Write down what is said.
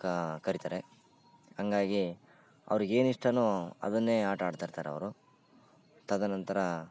ಕಾ ಕರಿತಾರೆ ಹಂಗಾಗಿ ಅವ್ರಿಗೆ ಏನು ಇಷ್ಟವೋ ಅದನ್ನೇ ಆಟ ಆಡ್ತಾಯಿರ್ತಾರೆ ಅವರು ತದ ನಂತರ